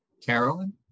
Carolyn